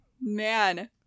Man